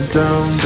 down